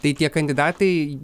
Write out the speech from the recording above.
tai tie kandidatai